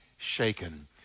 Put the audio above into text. shaken